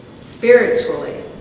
spiritually